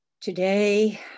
Today